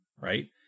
right